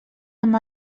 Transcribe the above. amb